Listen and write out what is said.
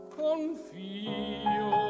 confío